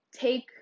take